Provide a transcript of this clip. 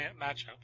matchup